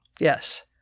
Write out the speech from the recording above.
Yes